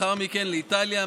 לאחר מכן לאיטליה,